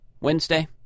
Wednesday